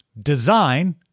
Design